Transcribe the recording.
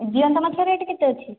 ଜିଅନ୍ତା ମାଛ ରେଟ୍ କେତେ ଅଛି